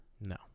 No